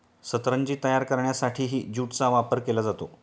सतरंजी तयार करण्यासाठीही ज्यूटचा वापर केला जातो